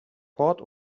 port